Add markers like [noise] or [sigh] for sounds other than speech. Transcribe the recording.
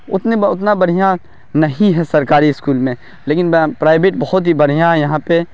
اتنے اتنا بڑھیا نہیں ہے سرکاری اسکول میں لیکن [unintelligible] پرائیویٹ ہی بڑھیا یہاں پہ